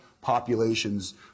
populations